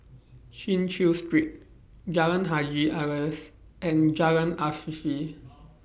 Chin Chew Street Jalan Haji Alias and Jalan Afifi